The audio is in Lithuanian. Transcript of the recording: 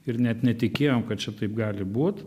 ir net netikėjom kad šitaip gali būt